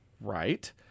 Right